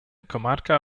comarca